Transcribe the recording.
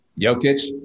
Jokic